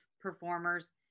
performers